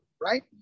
right